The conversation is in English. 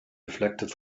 reflected